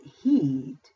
heed